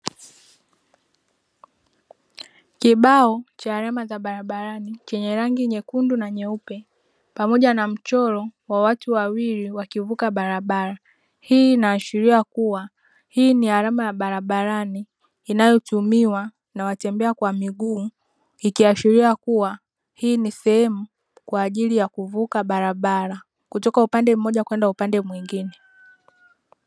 Kibao cha alama za barabarani chenye rangi nyekundu na nyeupe pamoja na mchoro wa watu wawili wakivuka barabara, hii inaashiria kuwa hii ni alama ya barabarani inayotumiwa na watembea kwa miguu. Ikiashiria kuwa hii ni sehemu kwa ajili ya kuvuka barabara kutoka upande mmoja kwenda upande mwingine.